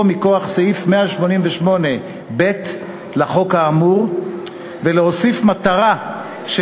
מכוח סעיף 188(ב) לחוק האמור ולהוסיף מטרה של